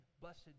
blessed